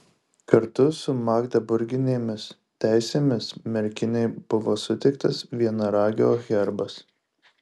kartu su magdeburginėmis teisėmis merkinei buvo suteiktas vienaragio herbas